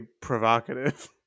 provocative